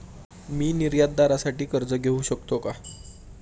मी निर्यातदारासाठी कर्ज घेऊ शकतो का?